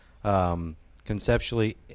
Conceptually